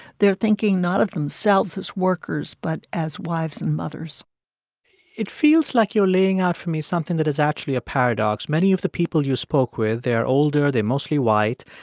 they're thinking not of themselves as workers, but as wives and mothers it feels like you're laying out for me something that is actually a paradox. many of the people you spoke with they're older, they're mostly white,